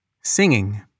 singing